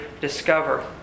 discover